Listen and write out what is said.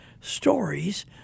Stories